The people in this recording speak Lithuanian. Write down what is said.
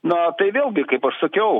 na tai vėlgi kaip aš sakiau